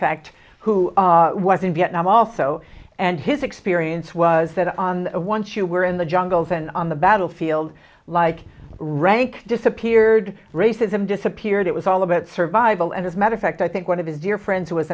fact who was in vietnam also and his experience was that on once you were in the jungles and on the battlefield like rank disappeared racism disappeared it was all about survival and as metaphor act i think one of his dear friends who was